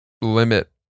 limit